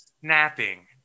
snapping